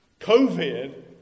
COVID